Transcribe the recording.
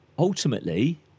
Ultimately